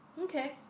Okay